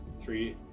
three